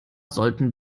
sollten